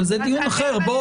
אבל זה דיון אחר,